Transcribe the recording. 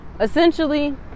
essentially